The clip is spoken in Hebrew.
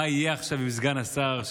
מה יהיה עכשיו עם סגן השר,